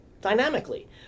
dynamically